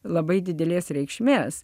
labai didelės reikšmės